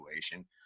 situation